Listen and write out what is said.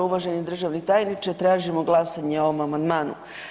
Uvaženi državni tajniče tražimo glasanje o ovom amandmanu.